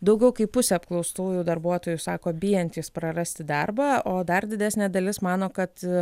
daugiau kaip pusė apklaustųjų darbuotojų sako bijantys prarasti darbą o dar didesnė dalis mano kad